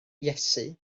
iesu